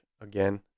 again